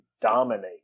dominate